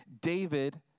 David